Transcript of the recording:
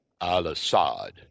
al-Assad